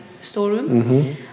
storeroom